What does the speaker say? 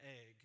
egg